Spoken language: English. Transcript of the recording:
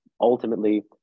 Ultimately